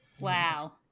Wow